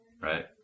right